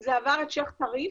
זה עבר את שייח' טריף,